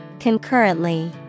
Concurrently